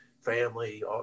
family